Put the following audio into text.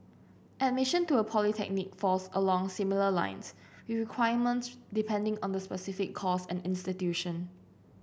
admission to a polytechnic falls along similar lines with requirements depending on the specific course and institution